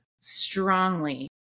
strongly